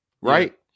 Right